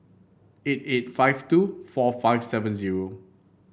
eight eight five two four five seven zero